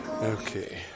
Okay